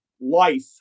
life